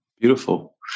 Beautiful